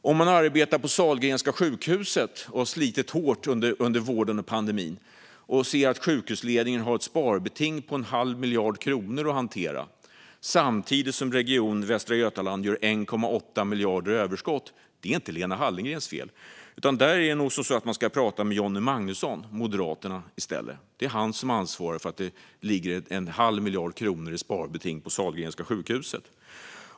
Om man arbetar på Sahlgrenska sjukhuset och har slitit hårt under pandemin och ser att sjukhuset har ett sparbeting på en halv miljard kronor att hantera samtidigt som Västra Götalandsregionen har 1,8 miljarder i överskott är det inte Lena Hallengrens fel. Här får man i stället prata med moderaten Johnny Magnusson, för det är han som är ansvarig för detta sparbeting.